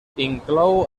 inclou